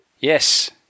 yes